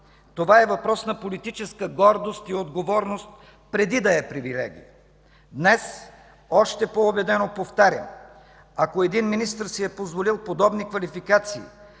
Това е въпрос на политическа гордост и отговорност, преди да е привилегия. Днес още по-убедено повтарям: ако един министър си е позволил подобни квалификации,